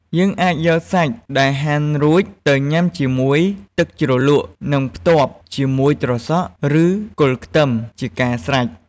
យើងអាចយកសាច់ដែលហាន់រួចទៅញ៉ាំជាមួយ ទឹកជ្រលក់ និងផ្ទាប់ជាមួយ ត្រសក់ ឬ គល់ខ្ទឹម ជាការស្រេច។